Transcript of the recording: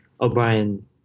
O'Brien